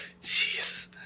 Jeez